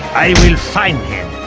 i will find him,